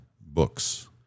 books